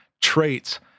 traits